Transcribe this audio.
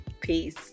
Peace